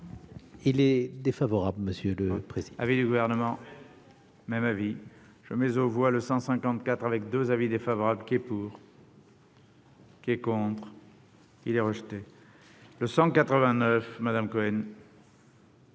Il est défavorable, monsieur le président.